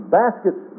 baskets